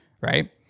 right